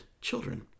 children